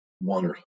one